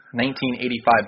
1985